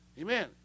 Amen